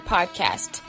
Podcast